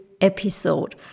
episode